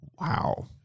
Wow